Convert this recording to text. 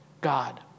God